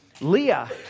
Leah